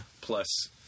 plus